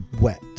wet